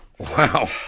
Wow